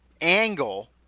angle